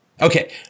Okay